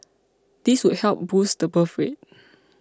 this would help boost the birth rate